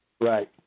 Right